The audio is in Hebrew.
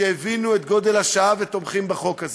שהבינו את גודל השעה ותומכים בחוק הזה.